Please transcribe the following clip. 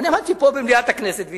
עמדתי פה במליאת הכנסת והסברתי.